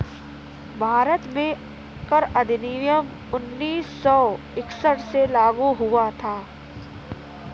भारत में कर अधिनियम उन्नीस सौ इकसठ में लागू हुआ था